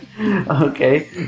okay